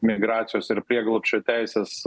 migracijos ir prieglobsčio teisės